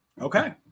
Okay